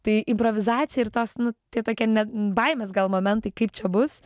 tai improvizacija ir tos nu tie tokie ne baimės gal momentai kaip čia bus